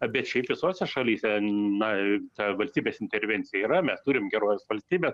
bet šiaip visose šalyse na tai valstybės intervencija yra mes turim gerovės valstybę